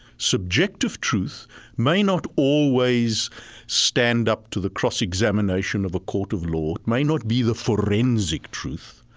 subjective truth may not always stand up to the cross-examination of a court of law. it may not be the forensic truth.